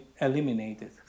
eliminated